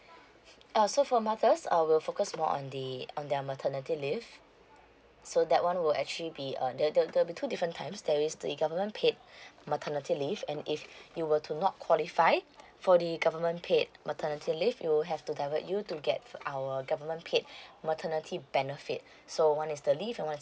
uh so for mother's err we'll focus more on the on their maternity leave so that one will actually be uh the the the the there will be two different times that is the government paid maternity leave and if you were to not qualify for the government paid maternity leave we'll have to divert you to get for our government paid maternity benefits so one is the leave and one is the